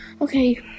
Okay